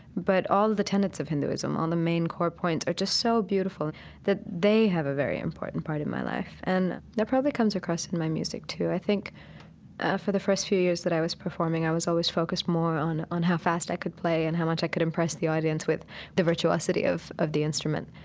but all the tenets of hinduism, all the main core points, are just so beautiful that they have a very important part in my life. and that probably comes across in my music, too. i think for the first few years that i was performing, i was always focused more on on how fast i could play and how much i could impress the audience with the virtuosity of of the instrument.